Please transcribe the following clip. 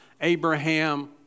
Abraham